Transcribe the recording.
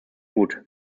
gut